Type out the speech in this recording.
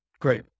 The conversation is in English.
great